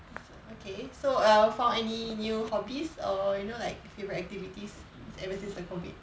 okay so err found any new hobbies or you know like favourite activities ever since the COVID